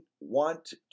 want